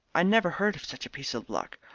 i never heard of such a piece of luck.